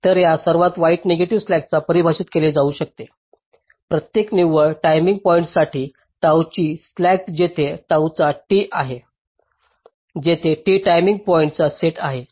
तर या सर्वात वाईट नेगेटिव्ह स्लॅकला परिभाषित केले जाऊ शकते प्रत्येक निव्वळ टायमिंग पॉईंट्ससाठी tau ची स्लॅक जिथे tau चा T चा आहे जिथे T टायमिंग पॉईंट्सचा सेट आहे